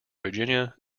virginia